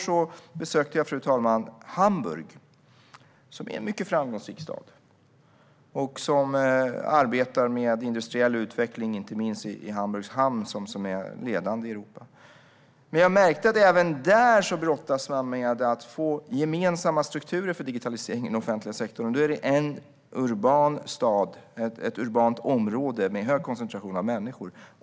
I går besökte jag Hamburg, en mycket framgångsrik stad som arbetar med industriell utveckling, inte minst i Hamburgs hamn, som är ledande i Europa. Men jag märkte att man även där brottas med att få gemensamma strukturer för digitaliseringen av den offentliga sektorn. Det är ändå ett urbant område med hög koncentration av människor.